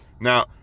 Now